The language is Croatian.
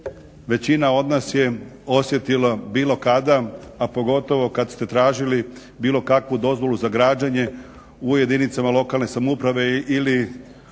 većina od nas je osjetila bilo kada a pogotovo kad ste tražili bilo kakvu dozvolu za građenje u jedinicama lokalne samouprave ili